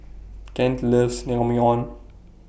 Kent loves Naengmyeon